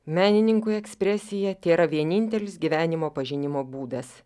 menininkui ekspresija tėra vienintelis gyvenimo pažinimo būdas